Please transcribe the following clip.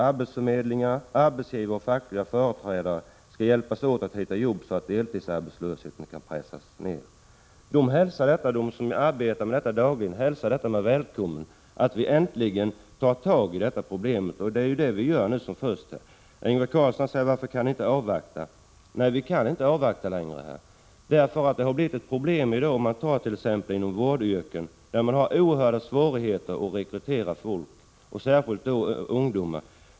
Arbetsförmedlingar, arbetsgivare och fackliga företrädare ska hjälpas åt att hitta jobb så att deltidsarbetslösheten kan pressas ned.” De som arbetar med detta dagligen välkomnar att vi äntligen tar tag i det här problemet — och det är ju vad vi gör nu som först. Ingvar Karlsson säger: Varför kan ni inte avvakta? Nej, vi kan inte avvakta längre därför att det har blivit problem. Inom t.ex. vårdyrken har man oerhörda svårigheter med att rekrytera folk, och särskilt ungdomar.